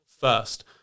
first